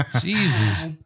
Jesus